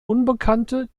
unbekannte